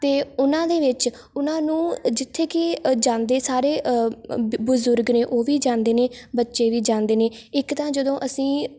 ਅਤੇ ਉਹਨਾਂ ਦੇ ਵਿੱਚ ਉਹਨਾਂ ਨੂੰ ਜਿੱਥੇ ਕਿ ਜਾਂਦੇ ਸਾਰੇ ਬ ਬਜ਼ੁਰਗ ਨੇ ਉਹ ਵੀ ਜਾਂਦੇ ਨੇ ਬੱਚੇ ਵੀ ਜਾਂਦੇ ਨੇ ਇੱਕ ਤਾਂ ਜਦੋਂ ਅਸੀਂ